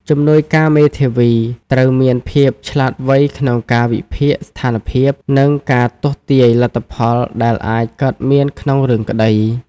ជំនួយការមេធាវីត្រូវមានភាពឆ្លាតវៃក្នុងការវិភាគស្ថានភាព និងការទស្សន៍ទាយលទ្ធផលដែលអាចកើតមានក្នុងរឿងក្តី។